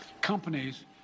companies